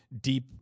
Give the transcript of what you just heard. deep